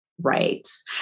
rights